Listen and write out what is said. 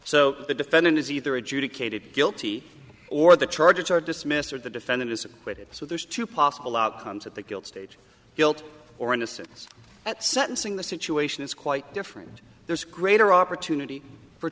so the defendant is either adjudicated guilty or the charges are dismissed or the defendant is acquitted so there's two possible outcomes at the guilt stage guilt or innocence at sentencing the situation is quite different there's greater opportunity for